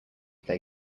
play